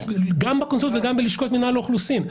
גם בקונסוליות וגם בלשכות מינהל האוכלוסין.